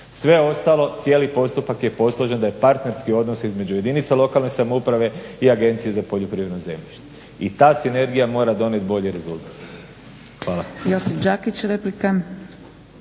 sve ostalo, cijeli postupak je posložen da je partnerski odnos između jedinica lokalne samouprave i Agencije za poljoprivredno zemljište. I ta sinergija mora donijeti bolji rezultat. Hvala.